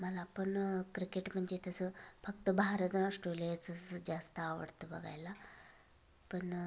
मला पण क्रिकेट म्हणजे तसं फक्त भारत नं ऑष्ट्रेलीयाचंच जास्त आवडतं बघायला पण